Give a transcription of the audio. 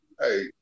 hey